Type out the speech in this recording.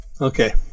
Okay